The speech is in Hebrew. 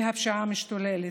והפשיעה משתוללת.